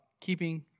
keeping